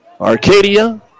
Arcadia